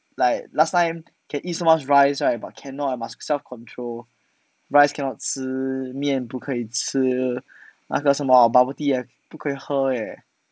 like last time can eat so much rice right but cannot must self control rice cannot 吃面不可以吃那个什么 bubble tea 也不可以喝 eh